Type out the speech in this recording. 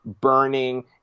Burning